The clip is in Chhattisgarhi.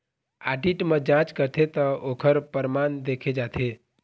आडिट म जांच करथे त ओखर परमान देखे जाथे